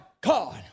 God